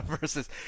versus